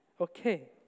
okay